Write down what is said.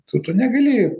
tu tu negali